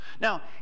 Now